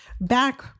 Back